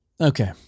Okay